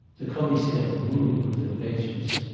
the commissaire moved with impatience.